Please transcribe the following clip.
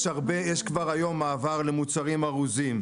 יש כבר היום מעבר למוצרים ארוזים.